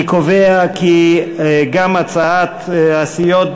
אני קובע כי גם הצעת הסיעות